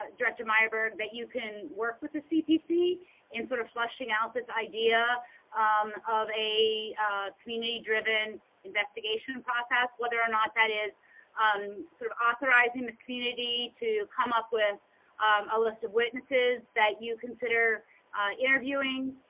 ah director andrew myerberg, that you can work with the cbc in sort of flushing out this idea um of a community driven investigation process, whether or not that is um sort of authorizing the community to come up with a list of witnesses that you consider interviewing.